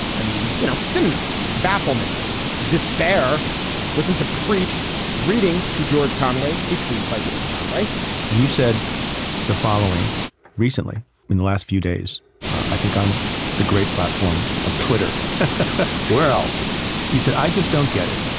i mean you know synonyms bafflement despair listen to preach reading to george conway a tweet by george conway and you said the following recently in the last few days i think on the great platform of twitter where else you said i just don't get it.